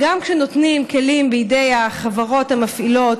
גם כשנותנים כלים בידי החברות המפעילות,